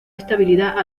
estabilidad